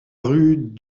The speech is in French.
rue